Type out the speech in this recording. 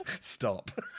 Stop